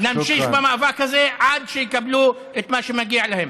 נמשיך במאבק הזה עד שיקבלו את מה שמגיע להם.